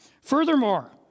Furthermore